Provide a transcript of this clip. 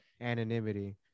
anonymity